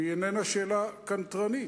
והיא איננה שאלה קנטרנית.